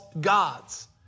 gods